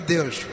Deus